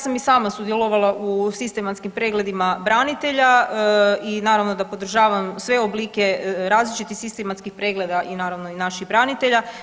Ja sam i sama sudjelovala u sistematskim pregledima branitelja i naravno da podržavam sve oblike različitih sistematskih pregleda i naravno i naših branitelja.